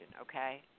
okay